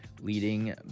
leading